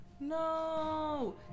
No